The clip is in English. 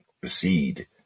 proceed